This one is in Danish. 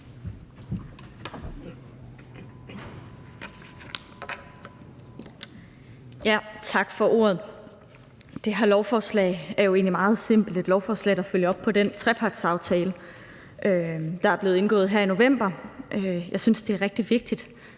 Tak for ordet. Det her lovforslag er jo egentlig meget simpelt. Det er et lovforslag, der følger op på den trepartsaftale, der er blevet indgået her i november. Jeg synes, det er rigtig vigtigt,